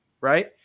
right